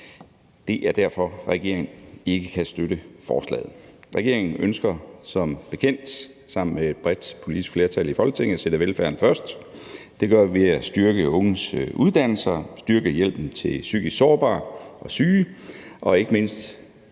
det er derfor, at regeringen ikke kan støtte forslaget. Regeringen ønsker som bekendt sammen med et bredt politisk flertal i Folketinget at sætte velfærden først. Det gør vi ved at styrke unges uddannelser, styrke hjælpen til psykisk sårbare og syge og ikke mindst